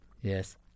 yes